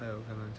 I opened [one]